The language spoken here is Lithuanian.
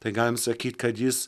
tai galim sakyt kad jis